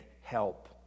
help